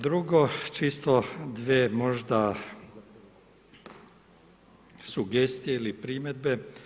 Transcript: Drugo, čisto dvije možda sugestije ili primjedbe.